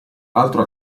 altro